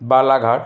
Balaghat